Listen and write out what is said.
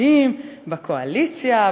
התפקידים בקואליציה,